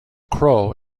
crow